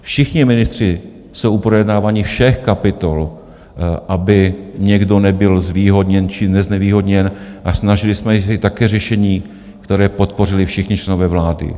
Všichni ministři jsou u projednávání všech kapitol, aby někdo nebyl zvýhodněn či neznevýhodněn, a snažili jsme se také o řešení, které podpořili všichni členové vlády.